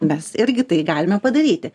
mes irgi tai galime padaryti